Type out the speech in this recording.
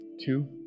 Two